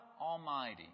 Almighty